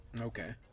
okay